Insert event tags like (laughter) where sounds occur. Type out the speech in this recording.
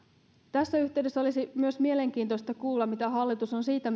tässä yhteydessä olisi myös mielenkiintoista kuulla mitä hallitus on mieltä siitä (unintelligible)